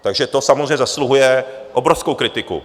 Takže to samozřejmě zasluhuje obrovskou kritiku.